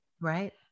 Right